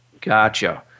Gotcha